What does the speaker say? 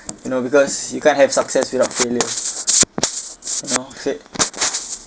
you know because you can't have success without failure you know fai~